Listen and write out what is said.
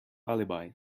alibi